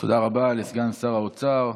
תודה רבה לסגן שר האוצר.